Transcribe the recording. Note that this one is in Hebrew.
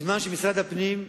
בזמן שבמשרד הפנים,